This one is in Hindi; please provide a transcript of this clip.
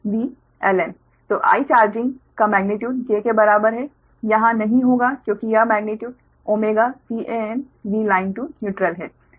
तो I चार्जिंग का मेग्नीट्यूड j के बराबर है यहाँ नहीं होगा क्योंकि यह मेग्नीट्यूड CanVline to neutral है